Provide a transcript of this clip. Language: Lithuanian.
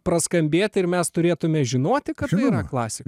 praskambėt ir mes turėtume žinoti kad tai yra klasika